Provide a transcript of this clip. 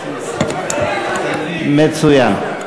מצוין.